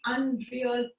Unreal